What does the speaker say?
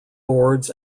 boards